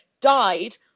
died